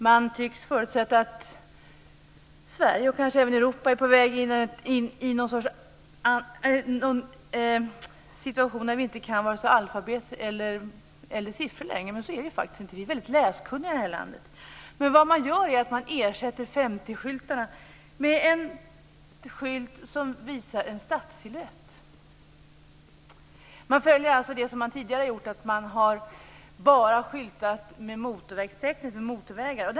Man tycks förutsätta att Sverige, och kanske även Europa, är på väg in i en situation där människor inte längre kan vare sig alfabetet eller siffror. Så är det faktiskt inte. Vi är tvärtom väldigt läskunniga i det här landet. Vad man gör är att man ersätter 50-skylten med en skylt som visar en stadssilhuett. Man gör som tidigare då man bara skyltat med motorvägstecknet för motorvägar.